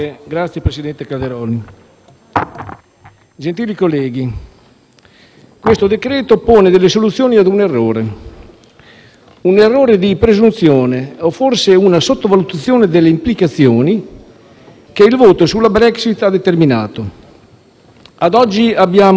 gentili colleghi, questo decreto-legge pone soluzione ad un errore, un errore di presunzione o forse una sottovalutazione delle implicazioni che il voto sulla Brexit ha determinato. Ad oggi, abbiamo poche certezze e tanti dubbi: